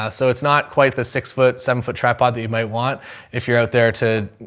ah so it's not quite the six foot, seven foot tripod that you might want if you're out there to,